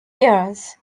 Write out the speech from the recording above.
years